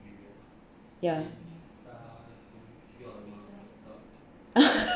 ya